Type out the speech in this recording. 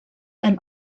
and